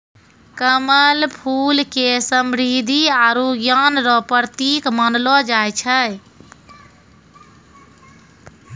कमल फूल के समृद्धि आरु ज्ञान रो प्रतिक मानलो जाय छै